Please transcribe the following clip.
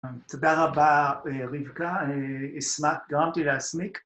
תודה רבה רבקה, גרמת לי להסמיק.